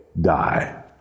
die